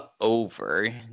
over